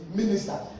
minister